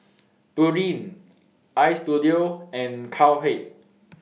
Pureen Istudio and Cowhead